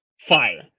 fire